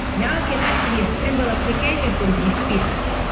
now i can actually assemble application from this pieces.